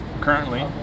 currently